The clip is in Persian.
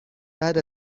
بعد